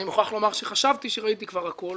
אני מוכרח לומר שחשבתי שראיתי כבר הכול